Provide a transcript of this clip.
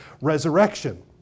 resurrection